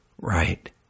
right